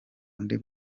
undi